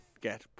Get